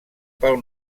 pel